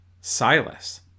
Silas